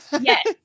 Yes